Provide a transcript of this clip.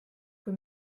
kui